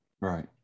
Right